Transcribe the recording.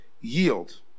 yield